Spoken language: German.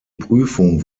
prüfung